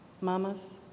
mamas